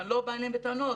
ואני לא אליהם בטענות,